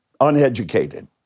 uneducated